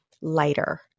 lighter